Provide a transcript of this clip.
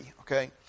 okay